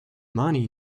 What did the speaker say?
money